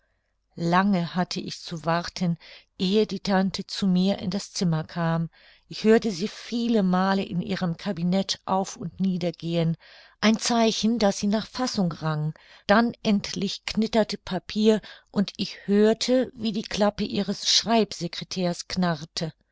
lange hatte ich zu warten ehe die tante zu mir in das zimmer kam ich hörte sie viele male in ihrem kabinet auf und nieder gehen ein zeichen daß sie nach fassung rang dann endlich knitterte papier und ich hörte wie die klappe ihres schreibsecretärs knarrte